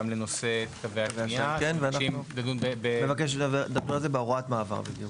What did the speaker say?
כן, ואנחנו נבקש לדון בזה בהוראת מעבר.